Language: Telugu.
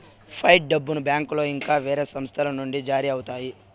ఫైట్ డబ్బును బ్యాంకులో ఇంకా వేరే సంస్థల నుండి జారీ అవుతాయి